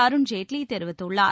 அருண் ஜேட்லி தெரிவித்துள்ளார்